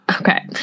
Okay